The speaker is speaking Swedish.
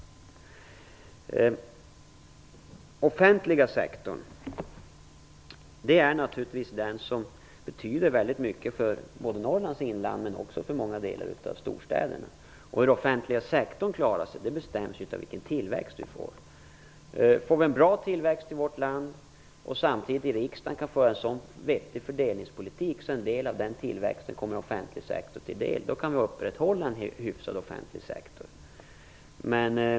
Den offentliga sektorn betyder naturligtvis väldigt mycket för Norrlands inland och också för många delar av storstäderna. Hur den offentliga sektorn klarar sig bestäms av den tillväxt vi får. Får vi en bra tillväxt i vårt land och riksdagen samtidigt kan föra en så vettig fördelningspolitik att en del av den tillväxten kommer den offentliga sektorn till del, kan vi upprätthålla en hyfsad offentlig sektor.